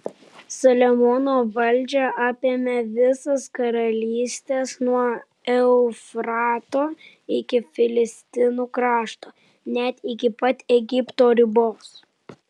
saliamono valdžia apėmė visas karalystes nuo eufrato iki filistinų krašto net iki pat egipto ribos